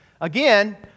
Again